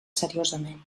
seriosament